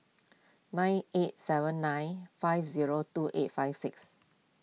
nine eight seven nine five zero two eight five six